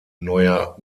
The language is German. neuer